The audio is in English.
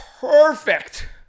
Perfect